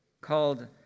called